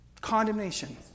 condemnation